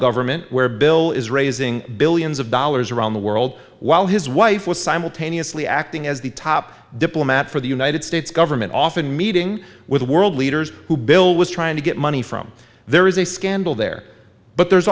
government where bill is raising billions of dollars around the world while his wife was simultaneously acting as the top diplomat for the united states government often meeting with world leaders who bill was trying to get money from there is a scandal there but there's